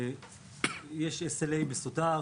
יש --- מסודר,